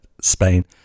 Spain